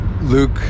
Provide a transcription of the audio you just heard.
luke